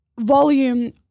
volume